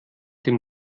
dem